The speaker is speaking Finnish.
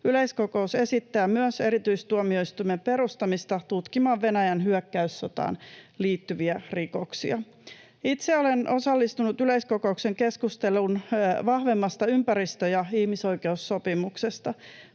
Yleiskokous esittää myös erityistuomioistuimen perustamista tutkimaan Venäjän hyökkäyssotaan liittyviä rikoksia. Itse olen osallistunut yleiskokouksen keskusteluun vahvemmasta ympäristö- ja ihmisoikeussopimuksesta.